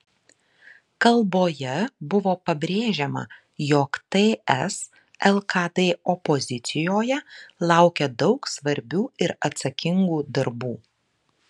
kalboje buvo pabrėžiama jog ts lkd opozicijoje laukia daug svarbių ir atsakingų darbų